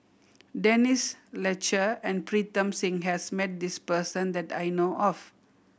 Denise Fletcher and Pritam Singh has met this person that I know of